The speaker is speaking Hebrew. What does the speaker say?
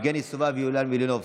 יבגני סובה ויוליה מלינובסקי,